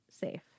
safe